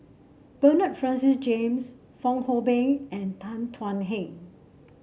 Bernard Francis James Fong Hoe Beng and Tan Thuan Heng